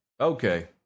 Okay